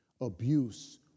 Abuse